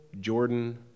Jordan